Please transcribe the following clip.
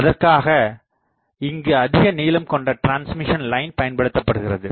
அதற்காக இங்கு அதிக நீளம் கொண்ட டிரான்ஸ்மிஷன் லைன் பயன்படுத்தப்படுகிறது